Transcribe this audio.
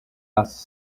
ass